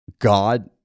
God